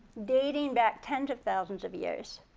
dating back ten to thousands of years.